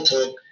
Talk